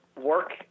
work